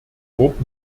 wort